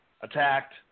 attacked